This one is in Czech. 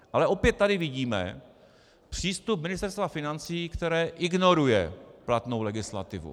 Ale opět tady vidíme přístup Ministerstva financí, které ignoruje platnou legislativu.